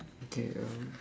okay um